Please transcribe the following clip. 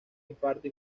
infarto